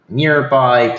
nearby